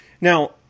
now